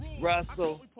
Russell